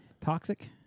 Toxic